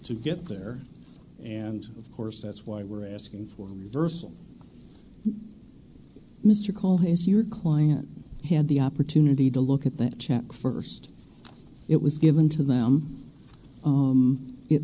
to get there and of course that's why we're asking for mercy mr call has your client had the opportunity to look at that check first it was given to them